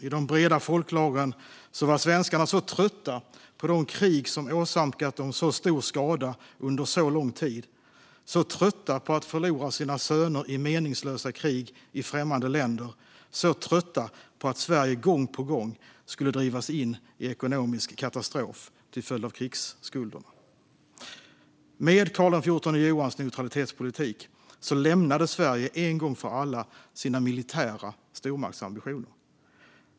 I de breda folklagren var svenskarna trötta på de krig som åsamkat dem så stor skada under så lång tid, trötta på att förlora sina söner i meningslösa krig i främmande länder och trötta på att Sverige gång på gång skulle drivas in i ekonomisk katastrof till följd av krigsskulderna. Med Karl XIV Johans neutralitetspolitik lämnade Sverige en gång för alla sina militära stormaktsambitioner.